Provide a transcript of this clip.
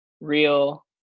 real